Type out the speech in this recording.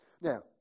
Now